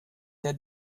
der